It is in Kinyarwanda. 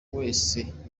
wese